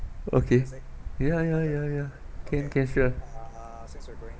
okay ya ya ya ya can can sure